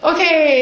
Okay